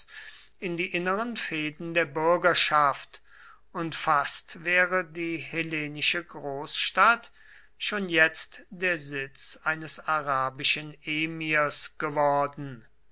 in die inneren fehden der bürgerschaft und fast wäre die hellenische großstadt schon jetzt der sitz eines arabischen emirs geworden